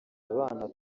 abana